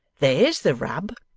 there's the rub